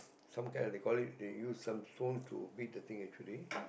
some kind they call it they use some stone to make the thing actually